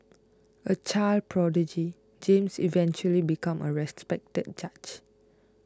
a child prodigy James eventually became a respected judge